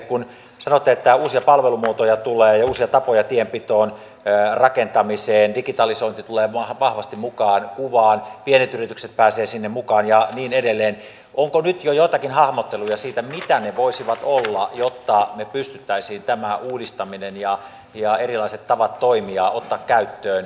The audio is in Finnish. kun sanoitte että uusia palvelumuotoja tulee ja uusia tapoja tienpitoon rakentamiseen digitalisointi tulee vahvasti mukaan kuvaan pienet yritykset pääsevät sinne mukaan ja niin edelleen onko nyt jo joitakin hahmotteluja siitä mitä ne voisivat olla jotta me pystyisimme tämän uudistamisen ja erilaiset tavat toimia ottamaan käyttöön mahdollisimman pian